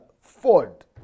ford